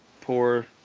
poor